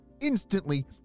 instantly